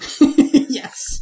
Yes